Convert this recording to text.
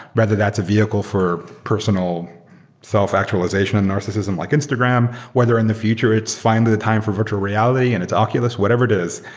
whether that's a vehicle for personal self-actualization narcissism like instagram, whether in the future it's finding the time for virtual reality and its oculus, whatever it is.